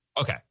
okay